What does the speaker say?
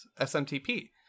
SMTP